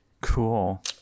cool